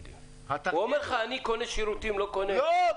הוא אומר לך שהוא קונה שירותים, לא קונה --- לא.